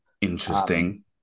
Interesting